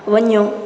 वञो